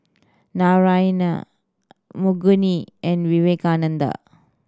Narayana Makineni and Vivekananda